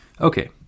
Okay